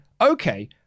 okay